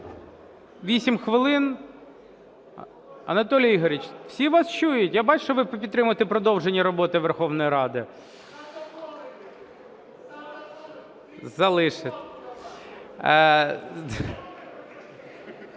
8 хвилин. Анатолій Ігорович, всі вас чують, я бачу, що ви підтримуєте продовження роботи Верховної Ради. Шановні